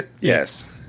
Yes